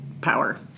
power